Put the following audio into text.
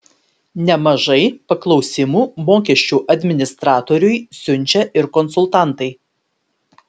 nemažai paklausimų mokesčių administratoriui siunčia ir konsultantai